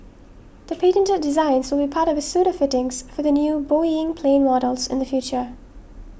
the patented designs will be part of a suite of fittings for the new Boeing plane models in the future